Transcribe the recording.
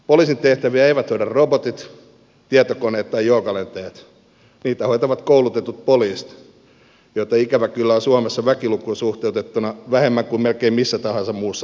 poliisin tehtäviä eivät hoida robotit tietokoneet tai joogalentäjät niitä hoitavat koulutetut poliisit joita ikävä kyllä on suomessa väkilukuun suhteutettuna vähemmän kuin melkein missä tahansa muussa maassa maapallolla